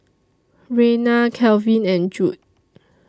Raina Calvin and Judd